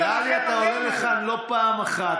נראה לי שאתה עולה לכאן לא פעם אחת.